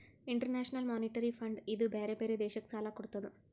international monetary fund ಇದೂ ಬ್ಯಾರೆ ಬ್ಯಾರೆ ದೇಶಕ್ ಸಾಲಾ ಕೊಡ್ತುದ್